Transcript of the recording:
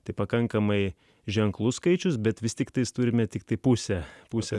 tai pakankamai ženklus skaičius bet vis tiktai turime tiktai pusę pusę